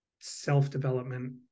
self-development